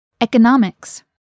Economics